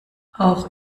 auch